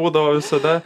būdavo visada